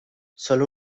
sólo